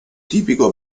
tipico